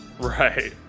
Right